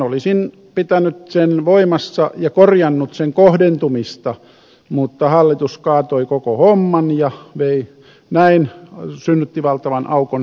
olisin pitänyt sen voimassa ja korjannut sen kohdentumista mutta hallitus kaatoi koko homman ja synnytti näin valtavan aukon talouteen